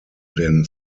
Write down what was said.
den